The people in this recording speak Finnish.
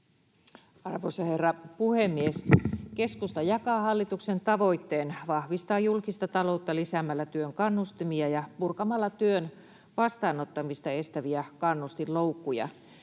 Arvoisa herra puhemies! Keskusta jakaa hallituksen tavoitteen vahvistaa julkista taloutta lisäämällä työn kannustimia ja purkamalla työn vastaanottamista estäviä kannustinloukkuja.